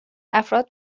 افراد